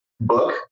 book